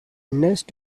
nest